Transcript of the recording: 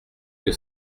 que